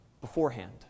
beforehand